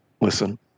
listen